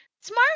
smart